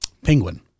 Penguin